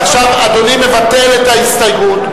אדוני מבטל את ההסתייגות.